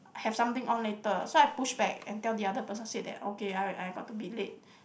have something on later so I push back and tell the other person said that okay I got to be late